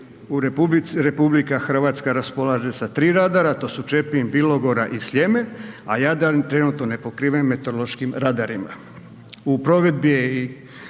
u RH, RH raspolaže sa 3 radara to su Čepin, Bilogora i Sljeme, a Jadran je trenutno nepokriven meteorološkim radarima. U provedbi je i